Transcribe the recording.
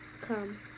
come